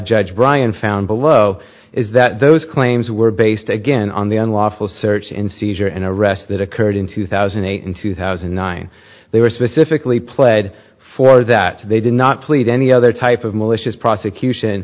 judge brian found below is that those claims were based again on the unlawful search and seizure and arrest that occurred in two thousand and eight in two thousand and nine they were specifically played for that they did not plead any other type of malicious prosecution